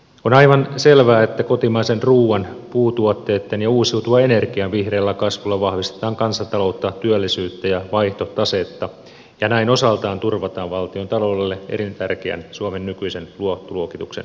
on aivan selvää että kotimaisen ruuan puutuotteitten ja uusiutuvan energian vihreällä kasvulla vahvistetaan kansantaloutta työllisyyttä ja vaihtotasetta ja näin osaltaan turvataan valtiontaloudelle elintärkeän suomen nykyisen luottoluokituksen säilymistä